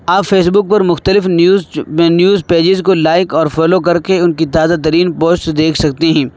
آپ فیسبک پر مختلف نیوز نیوز میں پیجز کو لائک اور فالو کر کے ان کی تازہ ترین پوسٹ دیکھ سکتے ہیں